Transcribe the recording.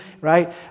right